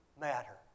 matter